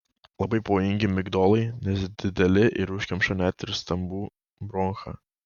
labai pavojingi migdolai nes dideli ir užkemša net ir stambų bronchą